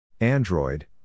Android